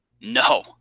No